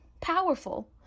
powerful